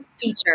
feature